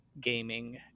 gaming